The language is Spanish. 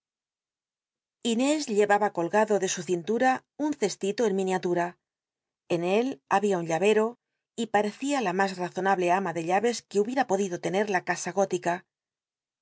llc aba colgado de su cintura un cestito en miniatura en él había un lla ero y parecía la mas razonable ama de llaves que hubiera podido tener la casa gótica